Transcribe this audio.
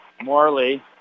Morley